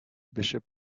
bishop